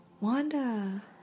Wanda